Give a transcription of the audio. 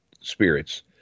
spirits